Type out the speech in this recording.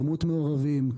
כמות מעורבים,